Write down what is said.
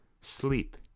sleep